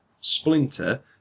Splinter